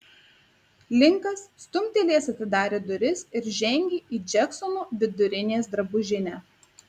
linkas stumtelėjęs atidarė duris ir žengė į džeksono vidurinės drabužinę